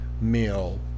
meal